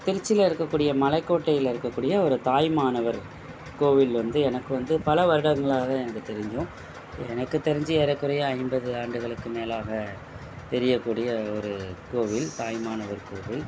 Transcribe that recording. திருச்சியில இருக்கக்கூடிய மலைக்கோட்டையில் இருக்கக்கூடிய ஒரு தாயுமானவர் கோவில் வந்து எனக்கு வந்து பல வருடங்களாக எனக்கு தெரியும் எனக்கு தெரிஞ்சு ஏறக்குறைய ஐம்பது ஆண்டுகளுக்கு மேலாக தெரியக்கூடிய ஒரு கோவில் தாயுமானவர் கோவில்